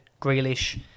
Grealish